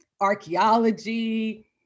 archaeology